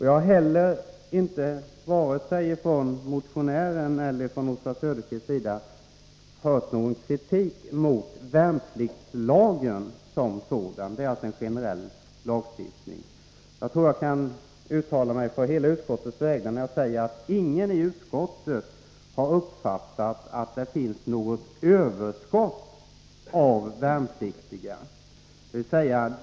Jag har inte heller, vare sig från motionärens eller Oswald Söderqvists sida, hört någon kritik mot värnpliktslagen som sådan. Det är alltså en generell lagstiftning. Jag tror att jag kan uttala mig på hela utskottets vägnar och säga att ingen i utskottet har uppfattat att det finns något överskott av värnpliktiga.